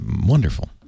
wonderful